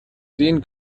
sehen